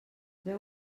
veu